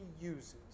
uses